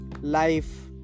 life